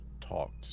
talked